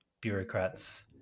Bureaucrats